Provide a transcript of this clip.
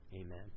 Amen